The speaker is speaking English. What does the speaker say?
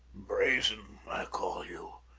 brazen call you.